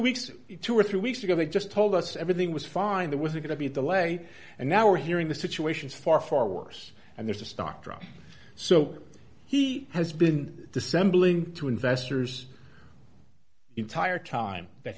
weeks two or three weeks ago they just told us everything was fine there was a going to be the way and now we're hearing the situation is far far worse and there's a stock drop so he has been dissembling to investors entire time that